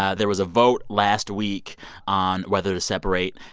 ah there was a vote last week on whether to separate.